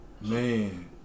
Man